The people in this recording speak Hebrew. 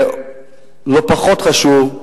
ולא פחות חשוב,